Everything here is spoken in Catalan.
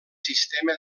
sistema